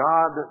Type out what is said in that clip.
God